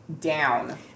down